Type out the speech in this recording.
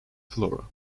flora